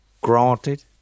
granted